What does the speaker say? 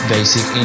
Basic